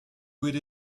with